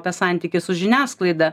apie santykį su žiniasklaida